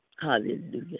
hallelujah